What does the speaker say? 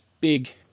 big